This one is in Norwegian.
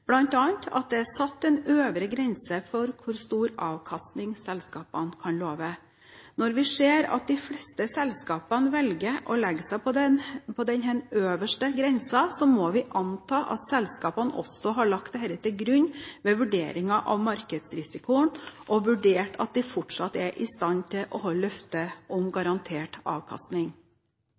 beskrev, bl.a. er det satt en øvre grense for hvor stor avkastning selskapene kan love. Når vi ser at de fleste selskapene velger å legge seg på denne øverste grensen, må vi anta at selskapene også har lagt dette til grunn ved vurderingen av markedsrisikoen og har vurdert at de fortsatt er i stand til å holde løftet om garantert avkastning.